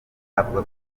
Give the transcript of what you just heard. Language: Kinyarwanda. avuga